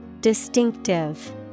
Distinctive